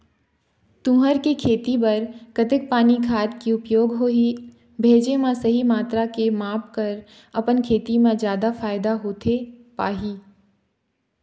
तुंहर के खेती बर कतेक पानी खाद के उपयोग होही भेजे मा सही मात्रा के माप कर अपन खेती मा जादा फायदा होथे पाही?